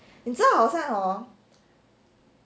你知道好像 hor